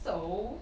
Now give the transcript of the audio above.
so